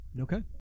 Okay